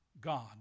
God